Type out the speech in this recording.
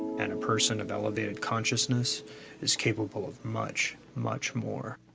and a person of elevated consciousness is capable of much, much more.